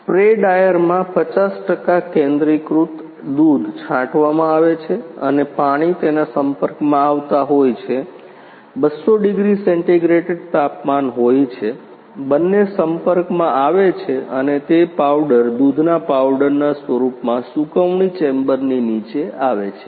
spray ડ્રાયરમાં 50 ટકા કેન્દ્રીકૃત દૂધ છાંટવામાં આવે છે અને પાણી તેના સંપર્કમાં આવતા હોય છે 200 ડિગ્રી સેન્ટિગ્રેડ તાપમાન હોય છે બંને સંપર્કમાં આવે છે અને તે પાવડર દૂધના પાવડરના સ્વરૂપમાં સૂકવણી ચેમ્બરની નીચે આવે છે